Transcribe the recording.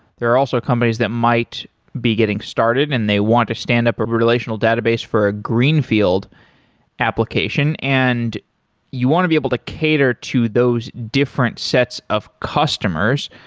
there are also companies that might be getting started and they want to stand up a relational database for a greenfield application, and you want to be able to cater to those different sets of customers.